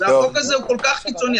והסעיף הזה הוא כל כך קיצוני,